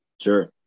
Sure